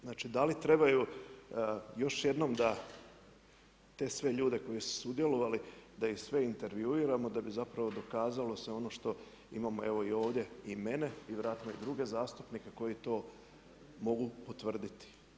Znači da li trebaju, još jednom da sve te ljude koji su sudjelovali, da ih sve intervjuiramo, da bi zapravo dokazalo sve ono što imamo evo i ovdje i mene i vjerojatno i druge zastupnike, koji to mogu potvrditi.